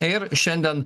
ir šiandien